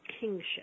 kingship